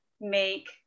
make